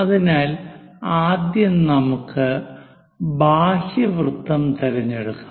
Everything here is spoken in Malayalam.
അതിനാൽ ആദ്യം നമുക്ക് ബാഹ്യ വൃത്തം തിരഞ്ഞെടുക്കാം